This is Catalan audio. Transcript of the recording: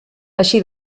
així